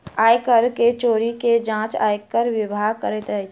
आय कर के चोरी के जांच आयकर विभाग करैत अछि